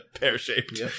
Pear-shaped